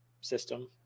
system